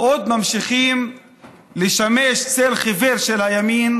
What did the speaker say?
עוד ממשיכים לשמש צל חיוור של הימין: